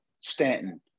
Stanton